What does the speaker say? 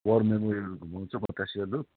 वार memorial घुमाउँछु Batasia loop